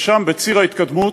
שם, בציר ההתקדמות,